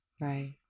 Right